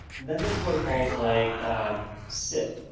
then there's protocols like sip,